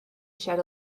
shed